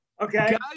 Okay